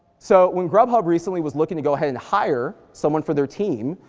so when grub hub recently was looking to go ahead and hire someone for their team,